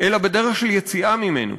אלא בדרך של יציאה ממנו.